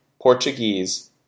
Portuguese